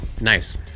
Nice